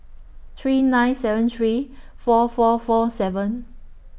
three nine seven three four four four seven